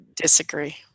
disagree